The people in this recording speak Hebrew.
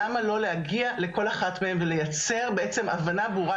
למה לא להגיע לכל אחת מהן ולייצר בעצם הבנה ברורה?